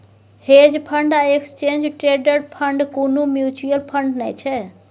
hedge fund आ exchange traded fund कुनु mutual fund नै छै